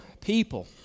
people